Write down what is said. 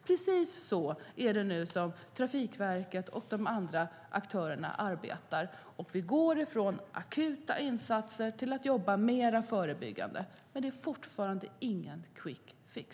Precis så är det Trafikverket och de andra aktörerna arbetar nu, och vi går från akuta insatser till att jobba mer förebyggande. Det finns fortfarande ingen quick fix.